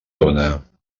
dóna